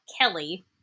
Kelly